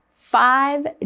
five